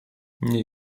nie